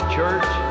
church